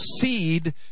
seed